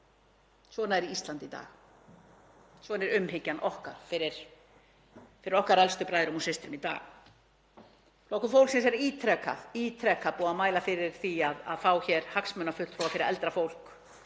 Svona er Ísland í dag, svona er umhyggjan okkar fyrir okkar elstu bræðrum og systrum í dag. Flokkur fólksins er ítrekað búinn að mæla fyrir því að fá hagsmunafulltrúa fyrir eldra fólk